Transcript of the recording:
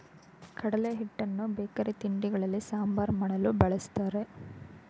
ಕಡಲೆ ಹಿಟ್ಟನ್ನು ಬೇಕರಿ ತಿಂಡಿಗಳಲ್ಲಿ, ಸಾಂಬಾರ್ ಮಾಡಲು, ಬಳ್ಸತ್ತರೆ